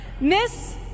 Miss